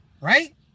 Right